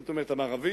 זאת אומרת המערבית,